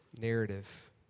narrative